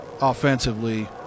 offensively